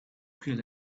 kill